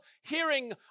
hearing